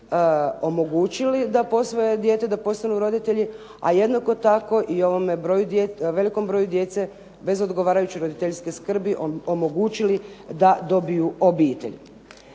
da postanu roditelji ali jednako tako i velikom broju djece bez odgovarajuće roditeljske skrbi omogućili da dobiju obitelj.